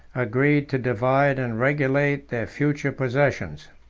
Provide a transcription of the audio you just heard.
agreed to divide and regulate their future possessions.